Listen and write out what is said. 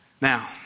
Now